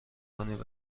کنید